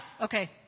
Okay